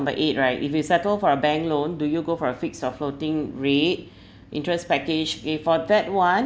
eight right if you settle for a bank loan do you go for a fixed or floating rate interest package kay for that one